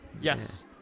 Yes